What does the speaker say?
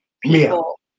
people